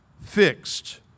fixed